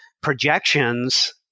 projections